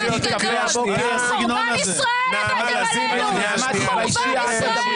חורבן ישראל הבאתם עלינו, חורבן ישראל.